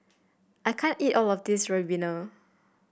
I can't eat all of this ribena